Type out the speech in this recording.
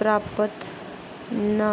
प्राप्त न